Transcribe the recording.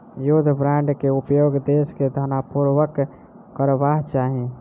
युद्ध बांड के उपयोग देस के ध्यानपूर्वक करबाक चाही